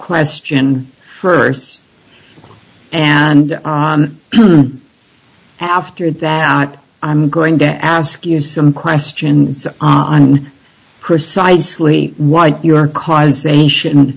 question earth and on after that out i'm going to ask you some questions on precisely what your causation